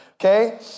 okay